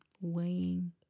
Weighing